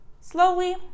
Slowly